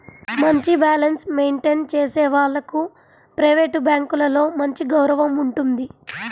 మంచి balance maintain చేసే వాళ్లకు ప్రైవేట్ బ్యాంకులలో మంచి గౌరవం ఉంటుంది